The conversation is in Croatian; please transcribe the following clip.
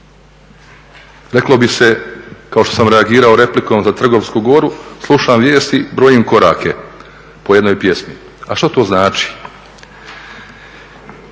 Reklo bi se, kao što sam reagirao replikom za Trgovsku goru, slušam vijesti, brojim korake po jednoj pjesmi. A što to znači?